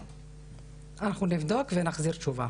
אנחנו נבדוק ונחזיר תשובה.